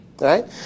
right